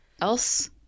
else